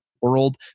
world